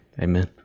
amen